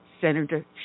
Senator